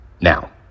Now